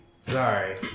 Sorry